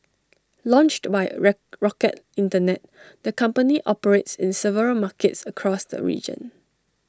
launched by rock rocket Internet the company operates in several markets across the region